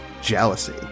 Jealousy